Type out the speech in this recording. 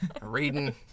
reading